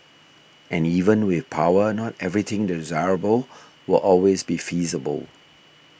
and even with power not everything desirable will always be feasible